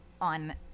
on